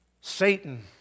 Satan